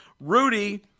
Rudy